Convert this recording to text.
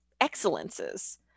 excellences